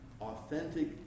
authentic